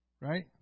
Right